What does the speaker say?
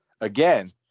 Again